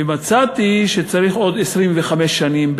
ומצאתי שצריך עוד 25 שנים,